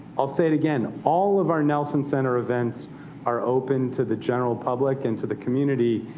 i'll say it again all of our nelson center events are open to the general public and to the community.